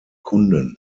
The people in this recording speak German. kunden